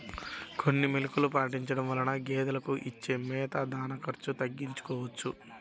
కొన్ని మెలుకువలు పాటించడం వలన గేదెలకు ఇచ్చే మేత, దాణా ఖర్చు తగ్గించుకోవచ్చును